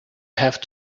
have